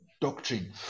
Doctrine